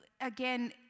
Again